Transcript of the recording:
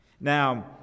Now